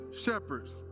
shepherds